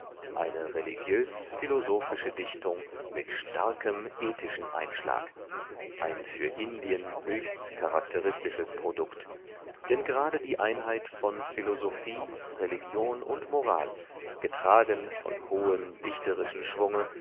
eine religiös philosophische dichtung mit starkem ethischen einschlag ein für indien höchst charakteristisches produkt denn gerade die einheit von philosophie religion und moral getragen von hohem dichterischen schwunge